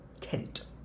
Tent